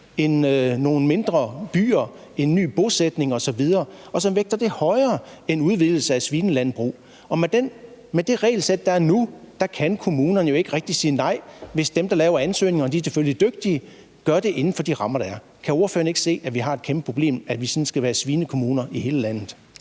nogle mindre byer, ny bosætning osv. højere end udvidelse af svinelandbrug. Men med det regelsæt, der er nu, kan kommunerne jo ikke rigtig sige nej, hvis dem, der laver ansøgningerne – og de er selvfølgelig dygtige – gør det inden for de rammer, der er. Kan ordføreren ikke se, at vi har et kæmpe problem med, at alle kommuner i landet